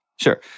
Sure